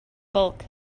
bulk